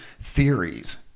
theories